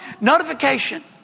notification